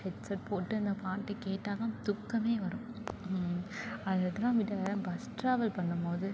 headset போட்டு நான் பாட்டு கேட்டால் தான் தூக்கம் வரும் அது அதெல்லாம் விட பஸ் ட்ராவல் பண்ணும்போது